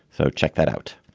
so check that out